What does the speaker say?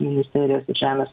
ministerijos ir žemės